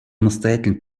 настоятельно